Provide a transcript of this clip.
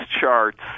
charts